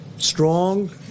strong